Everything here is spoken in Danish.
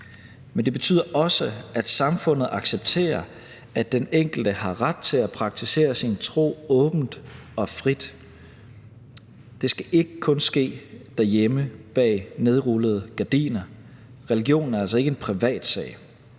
Men det betyder også, at samfundet accepterer, at den enkelte har ret til at praktisere sin tro åbent og frit. Det skal ikke kun ske derhjemme bag nedrullede gardiner. Religion er altså ikke en privatsag.